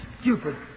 stupid